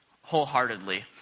wholeheartedly